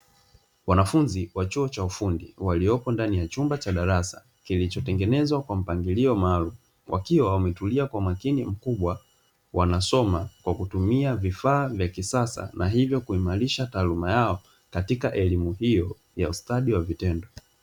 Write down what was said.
Wanafunzi wa chuo cha ufundi waliopo ndani ya chumba cha darasa kilichotengenezwa kwa mpangilio maalumu, wakiwa wametulia kwa umakini mkubwa wanasoma kwa kutumia vifaa vya kisasa na hivyo kuimarisha taaluma yao katika elimu hiyo ya ustadi wa vitendo.